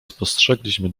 spostrzegliśmy